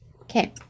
Okay